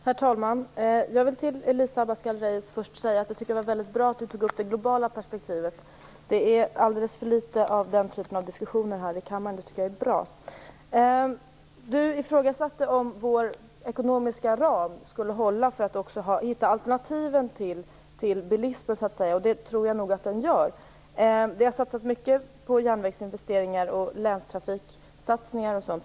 Herr talman! Jag vill först till Elisa Abascal Reyes säga att det var väldigt bra att hon tog upp det globala perspektivet. Det är alldeles för litet av den typen av diskussioner i kammaren, så det var bra. Elisa Abascal Reyes ifrågasatte vår ekonomiska ram för att också hitta alternativen till bilismen. Den tror jag håller. Vi har satsat på järnvägar och länstrafik.